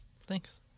Thanks